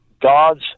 God's